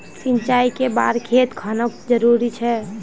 सिंचाई कै बार खेत खानोक जरुरी छै?